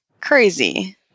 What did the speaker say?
crazy